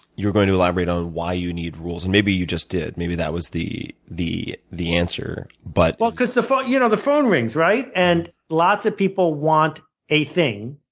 you were going to elaborate on why you need rules, and maybe you just did maybe that was the the the answer. but but because the phone you know the phone rings, and lots of people want a thing.